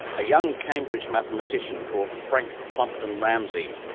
a young cambridge mathematician called frank plumpton ramsey,